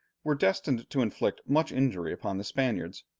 were destined to inflict much injury upon the spaniards.